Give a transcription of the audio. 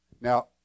Now